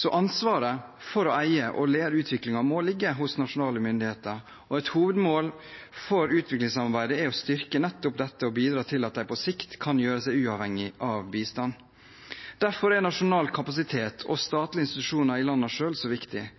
Ansvaret for å eie og lede utviklingen må ligge hos nasjonale myndigheter, og et hovedmål for utviklingssamarbeidet er å styrke nettopp dette og bidra til at de på sikt kan gjøre seg uavhengige av bistand. Derfor er nasjonal kapasitet og statlige institusjoner i landene selv så viktig.